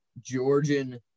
Georgian